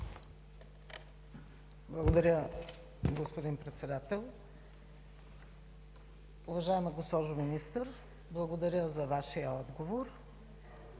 Благодаря, господин Председател. Уважаема госпожо Министър, благодаря за Вашия отговор.